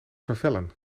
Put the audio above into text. vervellen